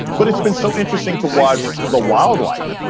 but it's been so interesting to watch the wildlife.